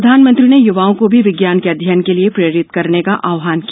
प्रधानमंत्री ने युवाओं को भी विज्ञान के अध्ययन के लिए प्रेरित करने का आह्वान किया